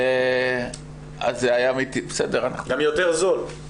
זה גם יותר זול.